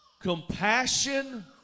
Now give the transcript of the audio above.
compassion